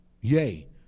yea